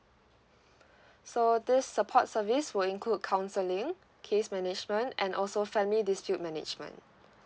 so this support service will include counselling case management and also family dispute management